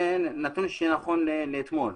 זה נתון שנכון לאתמול,